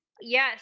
Yes